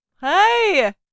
Hey